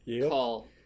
Call